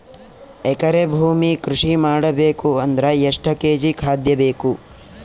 ಎಕರೆ ಭೂಮಿ ಕೃಷಿ ಮಾಡಬೇಕು ಅಂದ್ರ ಎಷ್ಟ ಕೇಜಿ ಖಾದ್ಯ ಬೇಕು?